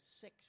six